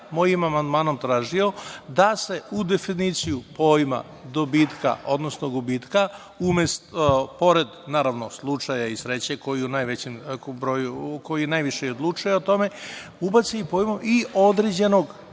mojim amandmanom tražio da se u definiciju pojma dobitka, odnosno gubitka, pored naravno slučaja i sreće koja najviše i odlučuje o tome, ubace i određenog,